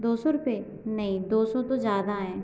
दो सौ रुपए नहीं दो सौ तो ज्यादा हैं